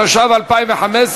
התשע"ו 2015,